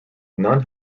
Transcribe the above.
none